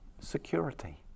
security